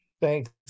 thanks